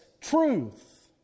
truth